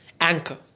Anchor